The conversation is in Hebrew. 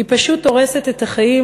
שפשוט הורסת את החיים,